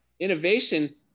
Innovation